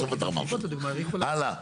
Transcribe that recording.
הלאה.